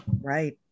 Right